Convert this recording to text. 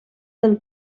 del